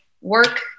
work